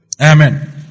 Amen